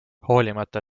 hoolimata